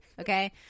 Okay